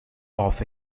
off